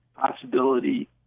possibility